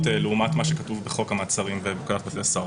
לעומת מה שכתוב בחוק המעצרים ובפקודת בתי הסוהר.